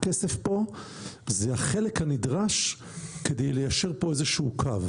הכסף פה זה החלק הנדרש כדי ליישר איזה שהוא קו.